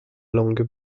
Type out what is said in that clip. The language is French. langue